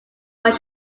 what